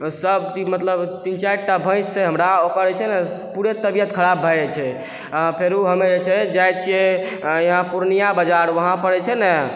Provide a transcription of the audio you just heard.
सब दिन मतलब तीन चारिटा भैंस छै हमरा ओकर जे छै ने पूरे तबियत खराब भए जाइ छै आओर फेरु हमे जे छै जाइ छियै यहाँ पूर्णिया बजार वहाँ पड़ै छै ने